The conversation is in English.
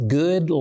good